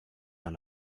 dans